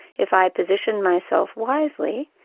if i positioned myself wisely,